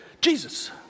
Jesus